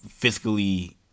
fiscally